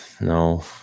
No